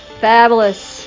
Fabulous